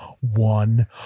one